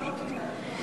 שר הבלוקים והבטון.